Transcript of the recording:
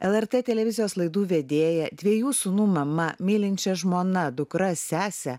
lrt televizijos laidų vedėja dviejų sūnų mama mylinčia žmona dukra sese